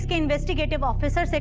investigative officer.